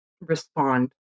respond